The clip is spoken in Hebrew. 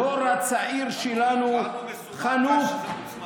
הדור הצעיר שלנו חנוק.